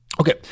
Okay